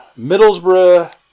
Middlesbrough